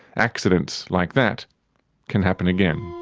accidents like that can happen again.